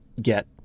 get